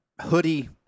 hoodie